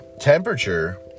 temperature